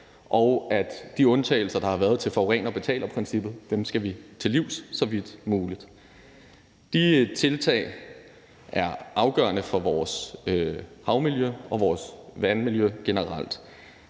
og at de undtagelser, der har været, fra forurener betaler-princippet skal vi til livs så vidt muligt. De tiltag er afgørende for vores havmiljø og vores vandmiljø generelt.